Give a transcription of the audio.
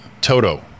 Toto